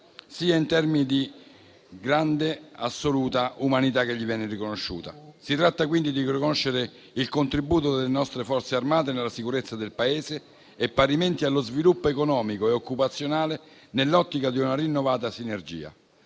sia in termini di grande e assoluta umanità che gli viene riconosciuta. Si tratta quindi di riconoscere il contributo delle nostre Forze armate per la sicurezza del Paese e parimenti per lo sviluppo economico e occupazionale, nell'ottica di una rinnovata sinergia.